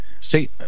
see